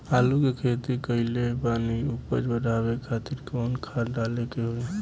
आलू के खेती कइले बानी उपज बढ़ावे खातिर कवन खाद डाले के होई?